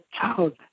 child